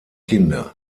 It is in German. kinder